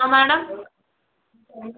madam